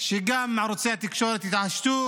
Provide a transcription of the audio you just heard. שגם ערוצי התקשורת יתעשתו